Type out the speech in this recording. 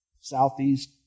Southeast